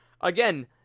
again